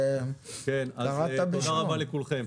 תודה רבה לכולכם.